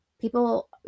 people